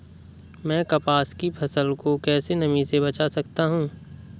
मैं कपास की फसल को कैसे नमी से बचा सकता हूँ?